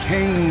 King